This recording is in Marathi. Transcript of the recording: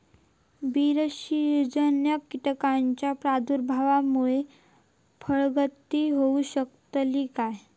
बुरशीजन्य कीटकाच्या प्रादुर्भावामूळे फळगळती होऊ शकतली काय?